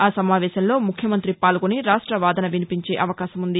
ఆ సమావేశంలో ముఖ్యమంత్రి పాల్గొని రాష్ట వాదన వినిపించే అవకాశం ఉంది